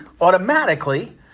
automatically